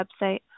website